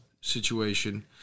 situation